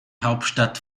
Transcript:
hauptstadt